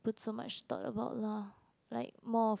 put so much thought about lah like more of